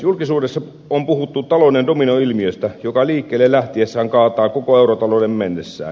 julkisuudessa on puhuttu talouden dominoilmiöstä joka liikkeelle lähtiessään kaataa koko eurotalouden mennessään